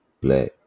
Black